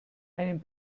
einen